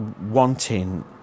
wanting